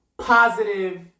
positive